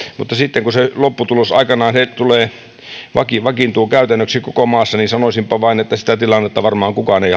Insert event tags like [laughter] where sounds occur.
mutta sitten kun se lopputulos aikanaan vakiintuu käytännöksi koko maassa niin sanoisinpa vain että sitä tilannetta varmaan kukaan ei [unintelligible]